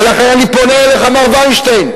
ולכן אני פונה אליך, מר וינשטיין,